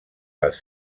les